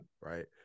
right